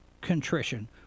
contrition